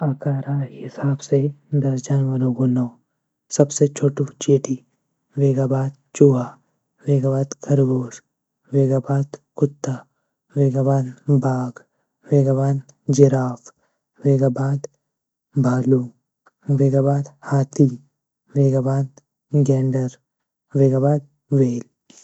आकारा हिसाब से दस जानवरों को नौ, सबसे छोटू चेटी, वेगा बाद चूहा, वेगा बाद खरगोश, वेगा बाद कुत्ता, वेगा बाद बाघ, वेगा बाद जिराफ, वेगा बाद भालू, वेगा बाद हाथी, वेगा बा द गेंडर, वेगाबाद व्हेल.